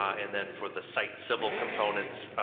and then for the site civil components,